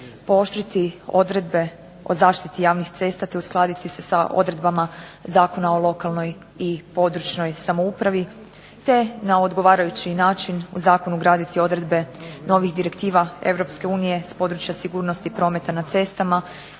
pooštriti odredbe o zaštiti javnih cesta, te uskladiti se sa odredbama Zakona o lokalnoj i područnoj samoupravi, te na odgovarajući način u zakon ugraditi odredbe novih direktiva Europske unije s područja sigurnosti prometa na cestama